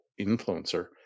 influencer